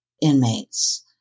inmates